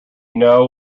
know